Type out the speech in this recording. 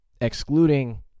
excluding